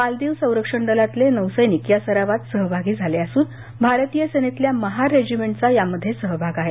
मालदीव संरक्षण दलातले नौसैनिक या सरावत सहभागी झाल असून भारतीय सेनेतल्या महार रेजिमेंटचा यामध्ये सहभाग आहे